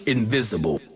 Invisible